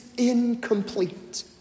Incomplete